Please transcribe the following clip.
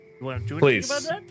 Please